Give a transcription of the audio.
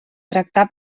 tractar